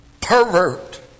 Pervert